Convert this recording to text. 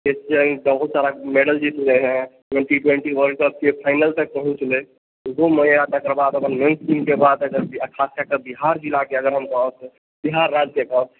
एशियाई बहुत सारा मैडल जीतलै हें ट्वेन्ट ट्वेंटी वर्ल्ड कपकें फाइनल तक पहुँचलय ओहोमे यऽ तकर बाद अपन मेंस टीमके बाद अच्छा खासा बिहार जिलाके अगर हम कहब बिहार राज्यके कहब